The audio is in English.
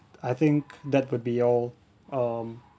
I think that would be all um